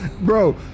bro